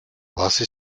base